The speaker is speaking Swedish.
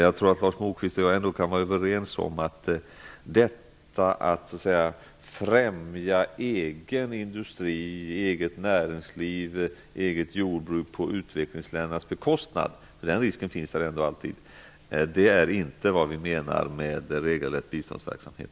Lars Moquist och jag kan nog ändå vara överens om att detta med att främja egen industri, eget näringsliv och eget jordbruk på utvecklingsländernas bekostnad -- den risken finns ju alltid -- är inte vad vi menar med regelrätt biståndsverksamhet.